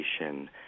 education